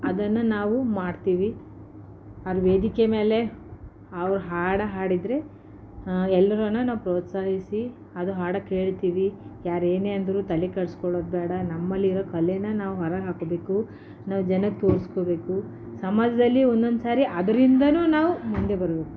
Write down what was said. ಅದನ್ನು ನಾವು ಮಾಡ್ತೀವಿ ಅದು ವೇದಿಕೆ ಮೇಲೆ ಅವ್ರ ಹಾಡು ಹಾಡಿದರೆ ಎಲ್ರನ್ನೂ ನಾವು ಪ್ರೋತ್ಸಾಹಿಸಿ ಅದು ಹಾಡೋಕೆ ಹೇಳ್ತೀವಿ ಯಾರು ಏನೇ ಅಂದರೂ ತಲೆ ಕೆಡಿಸ್ಕೊಳ್ಳೋದು ಬೇಡ ನಮ್ಮಲ್ಲಿರೋ ಕಲೆನಾ ನಾವು ಹೊರಗೆ ಹಾಕಬೇಕು ನಾವು ಜನಕ್ಕೋಸ್ಕರಕ್ಕೂ ಸಮಾಜದಲ್ಲಿ ಒಂದೊಂದ್ಸರಿ ಅದರಿಂದಾಲೂ ನಾವು ಮುಂದೆ ಬರಬೇಕು